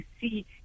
see